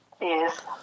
Yes